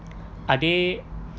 are they